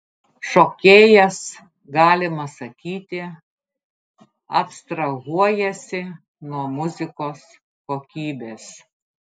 šokėjas galima sakyti abstrahuojasi nuo muzikos kokybės